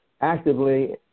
actively